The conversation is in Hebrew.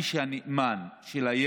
מי שהוא הנאמן של הילד,